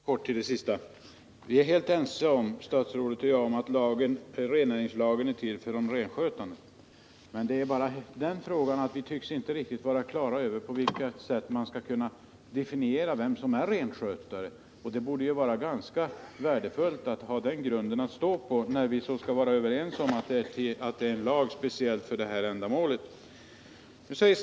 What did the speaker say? Herr talman! Jag vill bara göra ett par korta kommentarer till det sista som jordbruksministern sade. Statsrådet och jag är helt ense om att rennäringslagen är till för de renskötande människorna. Men vi tycks inte vara på det klara med på vilket sätt vi skall kunna definiera vem som är renskötare. Det borde vara ganska värdefullt att ha den grunden att stå på, då vi är överens om att lagen är till för denna speciella grupp människor.